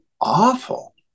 awful